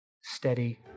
steady